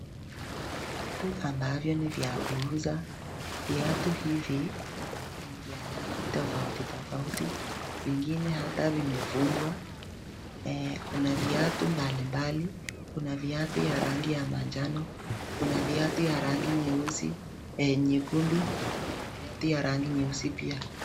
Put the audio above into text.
Viatu ambavyo ni vya kuuza. Viatu hivi ni vya rangi tofauti tofauti. Vingine hata vimefungwa eeh kuna viatu mbali mbali. Kuna viatu ya rangi ya manjano, kuna viatu ya rangi nyeusi eeh nyekundu, kuna viatu ya rangi nyeusi pia.